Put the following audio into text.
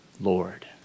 Lord